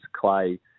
Clay